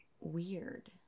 weird